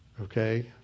Okay